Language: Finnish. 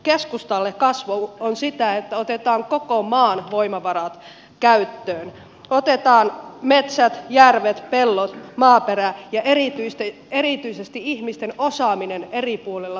keskustalle kasvu on sitä että otetaan koko maan voimavarat käyttöön otetaan metsät järvet pellot maaperä ja erityisesti ihmisten osaaminen eri puolilla suomea käyttöön